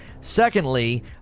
Secondly